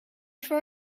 for